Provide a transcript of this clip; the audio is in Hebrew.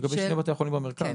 לגבי שני בתי החולים במרכז,